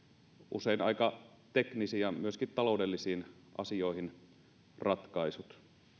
usein aika teknisiin ja myöskin taloudellisiin asioihin ratkaisut